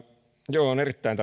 joo on erittäin